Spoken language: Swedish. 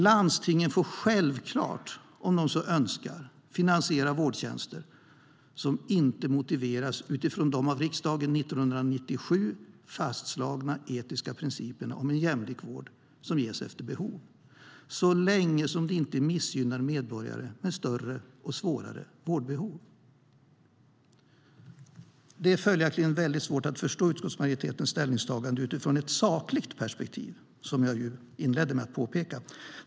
Landstingen får självklart, om de så önskar, finansiera vårdtjänster som inte motiveras utifrån de av riksdagen 1997 fastslagna etiska principerna om en jämlik vård som ges efter behov, så länge det inte missgynnar medborgare med större vårdbehov. Det är följaktligen svårt att förstå utskottsmajoritetens ställningstagande utifrån ett sakligt perspektiv, vilket jag påpekade inledningsvis.